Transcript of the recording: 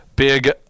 Big